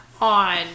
on